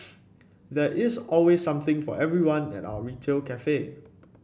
there is always something for everyone at our retail cafe